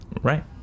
right